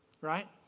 right